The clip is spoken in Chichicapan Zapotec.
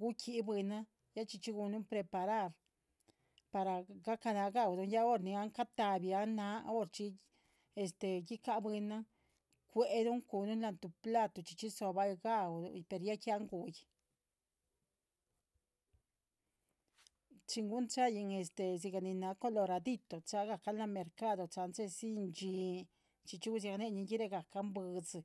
gu´qui bwinan ya chxíchxi gu’nlun preparar par gacahna ga´uluh ya par hora an ca´tahbi an horchxi. guica bwinan cuéh luh culuhn lá’han tuh platu chxíchxi dzo´bahl ga´uluh ya que an gu’yi chín gunchain dhxígah nin naah coloradito cha’gahcan la’han mercadu chehdzin. Dhxín chxíchxi gusiaganenin girehgacan bwídzi